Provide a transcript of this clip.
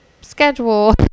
schedule